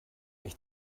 ich